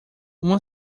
uma